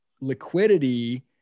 liquidity